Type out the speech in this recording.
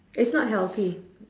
it's not healthy